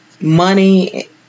money